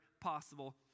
possible